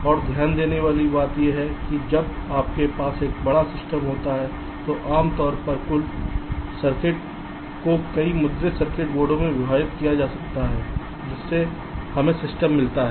और ध्यान देने वाली बात यह है कि जब आपके पास एक बड़ा सिस्टम होता है तो आमतौर पर कुल सर्किट को कई मुद्रित सर्किट बोर्डों में विभाजित किया जाता है जिससे हमें सिस्टम मिलता है